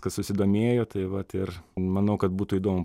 kas susidomėjo tai vat ir manau kad būtų įdomu